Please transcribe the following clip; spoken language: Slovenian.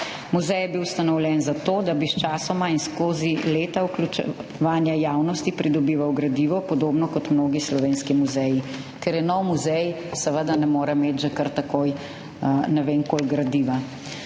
Muzej je bil ustanovljen zato, da bi sčasoma in skozi leta vključevanja javnosti pridobival gradivo, podobno kot mnogi slovenski muzeji. Ker je nov muzej, seveda ne more imeti že kar takoj ne vem koliko gradiva.